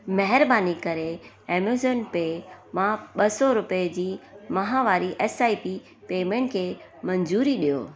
महिरबानी करे Amazon pay मां ॿ सौ रुपियनि जी माहवारी एस आई पी पेमेंट खे मंज़ूरी ॾियो